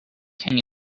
can